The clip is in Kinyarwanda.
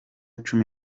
cumi